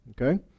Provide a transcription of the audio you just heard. Okay